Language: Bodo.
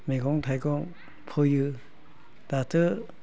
मैगं थाइगं फोयो दाथ'